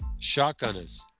shotgunners